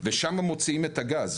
ושם מוציאים את הגז,